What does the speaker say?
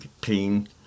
pain